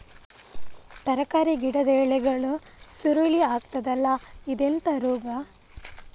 ತರಕಾರಿ ಗಿಡದ ಎಲೆಗಳು ಸುರುಳಿ ಆಗ್ತದಲ್ಲ, ಇದೆಂತ ರೋಗ?